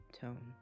tone